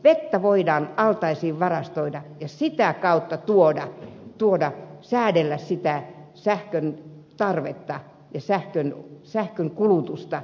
vettä voidaan altaisiin varastoida ja sitä kautta säädellä sitä sähkön tarvetta ja sähkön kulutusta